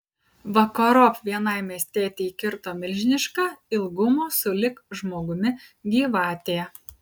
vakarop vienai miestietei įkirto milžiniška ilgumo sulig žmogumi gyvatė